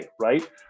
right